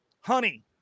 honey